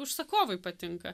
užsakovui patinka